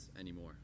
anymore